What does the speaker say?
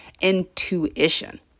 intuition